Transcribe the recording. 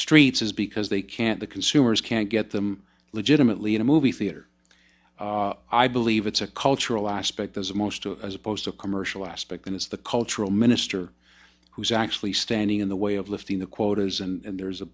streets is because they can't the consumers can't get them legitimately in a movie theater i believe it's a cultural aspect as most as opposed to commercial aspect and it's the cultural minister who's actually standing in the way of lifting the quotas and there